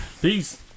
Peace